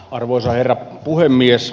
arvoisa herra puhemies